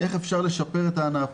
איך אפשר לשפר את הענף,